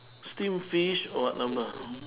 steam fish or whatever